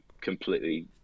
completely